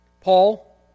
Paul